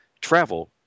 travel